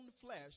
flesh